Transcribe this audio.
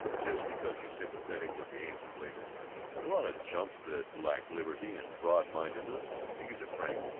just because he's sympathetic with the aims of labor, a lot of chumps that lack liberality and broad-mindedness think he's a crank,